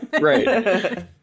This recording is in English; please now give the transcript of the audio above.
Right